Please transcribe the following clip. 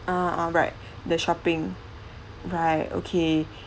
ah alright the shopping right okay